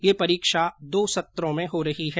यह परीक्षा दो सत्रों में हो रही है